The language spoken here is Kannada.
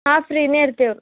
ಹಾಂ ಫ್ರೀನೆ ಇರ್ತೇವೆ